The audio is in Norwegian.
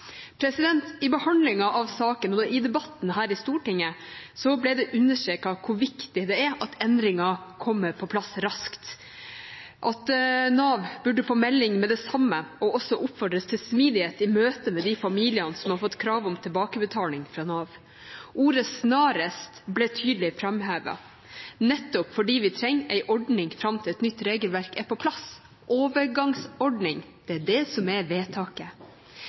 I behandlingen av saken og i debatten her i Stortinget ble det understreket hvor viktig det er at endringen kommer på plass raskt, at Nav burde få melding med det samme og også oppfordres til smidighet i møte med de familiene som har fått krav om tilbakebetaling fra Nav. Ordet «snarest» ble tydelig framhevet, nettopp fordi vi trenger en ordning fram til et nytt regelverk er på plass, en overgangsordning. Det er det som er vedtaket.